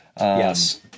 yes